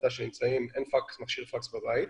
הוועדה אין מכשיר פקס בבית.